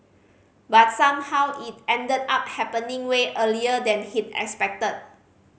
but somehow it ended up happening way earlier than he'd expected